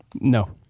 No